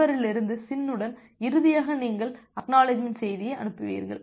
சர்வரிலிருந்து SYN உடன் இறுதியாக நீங்கள் ACK செய்தியை அனுப்புவீர்கள்